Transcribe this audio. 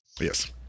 Yes